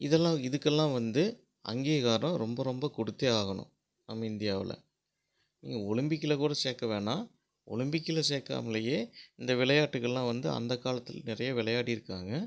இதெல்லாம் இதுக்கு எல்லாம் வந்து அங்கீகாரம் ரொம்ப ரொம்ப கொடுத்தே ஆகணும் நம்ம இந்தியாவில் ஒலிம்பிக்கில் கூட சேர்க்க வேணாம் ஒலிம்பிக்கில் சேர்க்காமலேயே இந்த விளையாட்டுகள்லாம் வந்து அந்த காலத்தில் நிறைய விளையாடிருக்காங்க